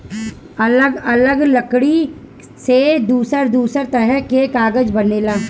अलग अलग लकड़ी से दूसर दूसर तरह के कागज बनेला